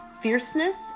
fierceness